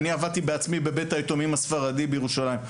אני עבדתי בעצמי בבית היתומים הספרדי בירושלים.